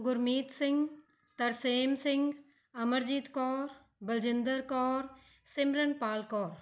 Gurmeet Singh Tarsem Singh Amarjeet Kaur Baljinder Kaur Simranpal Kaur